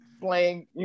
playing